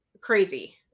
crazy